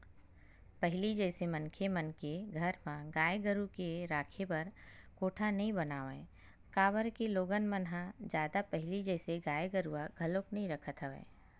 पहिली जइसे मनखे मन के घर म गाय गरु के राखे बर कोठा नइ बनावय काबर के लोगन मन ह जादा पहिली जइसे गाय गरुवा घलोक नइ रखत हवय